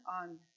on